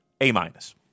A-minus